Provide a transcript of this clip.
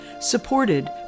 supported